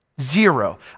Zero